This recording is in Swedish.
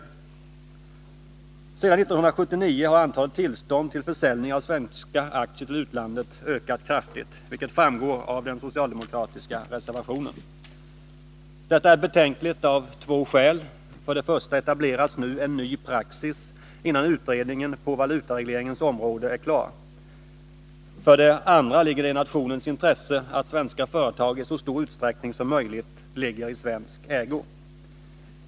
Sedan 1979 har antalet tillstånd till försäljning av svenska aktier till utlandet ökat kraftigt, vilket framgår av den socialdemokratiska reservationen. Detta är betänkligt av två skäl. För det första etableras nu en ny praxis Nr 140 innan utredningen på valutaregleringens område är klar. För det andra ligger Torsdagen den det i nationens intresse att svenska företag i så stor utsträckning som möjligt 6 maj 1982 är i svensk ägo.